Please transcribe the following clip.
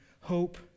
hope